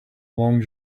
long